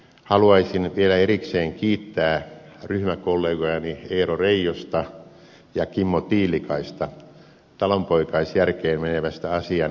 haluaisin vielä erikseen kiittää ryhmäkollegojani eero reijosta ja kimmo tiilikaista talonpoikaisjärkeen menevästä asian eteenpäinviemisestä